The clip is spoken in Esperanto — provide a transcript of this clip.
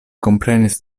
komprenis